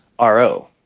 RO